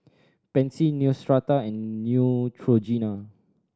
Pansy Neostrata and Neutrogena